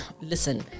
listen